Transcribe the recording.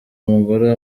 umugore